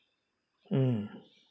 mm